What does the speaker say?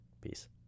Peace